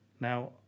Now